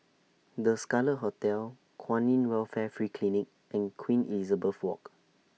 The Scarlet Hotel Kwan in Welfare Free Clinic and Queen Elizabeth Walk